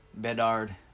bedard